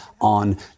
on